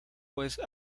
pues